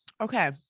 Okay